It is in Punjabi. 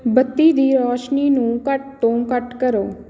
ਬੱਤੀ ਦੀ ਰੋਸ਼ਨੀ ਨੂੰ ਘੱਟ ਤੋਂ ਘੱਟ ਕਰੋ